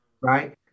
Right